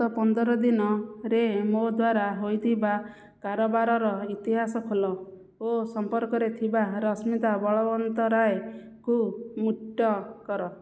ଗତ ପନ୍ଦର ଦିନରେ ମୋ ଦ୍ୱାରା ହୋଇଥିବା କାରବାରର ଇତିହାସ ଖୋଲ ଓ ସମ୍ପର୍କରେ ଥିବା ରଶ୍ମିତା ବଳବନ୍ତରାୟଙ୍କୁ ମ୍ୟୁଟ୍ କର